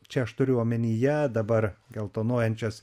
čia aš turiu omenyje dabar geltonuojančias